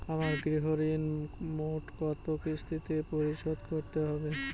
আমার গৃহঋণ মোট কত কিস্তিতে পরিশোধ করতে হবে?